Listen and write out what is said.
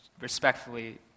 respectfully